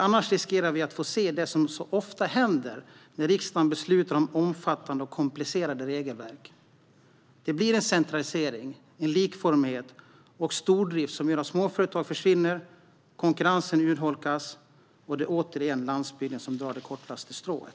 Annars riskerar vi att få se det som ofta händer när riksdagen beslutar om omfattande och komplicerade regelverk: Det blir en centralisering, en likformighet och en stordrift som gör att småföretag försvinner och att konkurrensen urholkas, och det är återigen landsbygden som drar det kortaste strået.